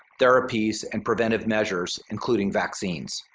therapies, and preventive measures including vaccines.